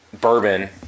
bourbon